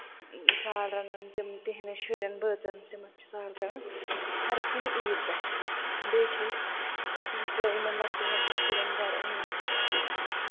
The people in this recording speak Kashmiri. سال رَنُن تِہِندٮ۪ن شُرٮ۪ن بٲژَن تِمن چھِ سال کران ہَر کُنہِ عیٖد پٮ۪ٹھ بیٚیہِ چھِ أسۍ یِمن لۄکٹٮ۪ن لۄکٹٮ۪ن شُرٮ۪ن گرٕ یِم أسۍ